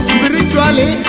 Spiritually